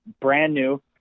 brand-new